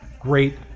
great